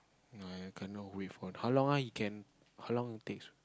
no I cannot wait for how long ah you can how long it takes